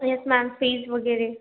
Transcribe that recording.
yes ma'am fees वगैरे